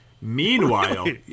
Meanwhile